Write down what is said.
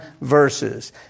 verses